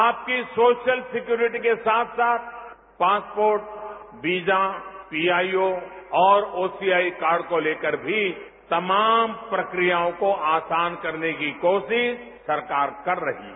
आपकी social security के साथ साथ पासपोर्ट वीजा पीआईओ और ओसीआई कार्ड को लेकर भी तमाम प्रक्रियाओं को आसान करने की कोशिश सरकार कर रही है